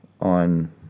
on